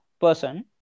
person